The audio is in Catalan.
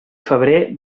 febrer